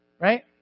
right